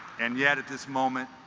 and yet at this moment